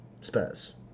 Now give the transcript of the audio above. spurs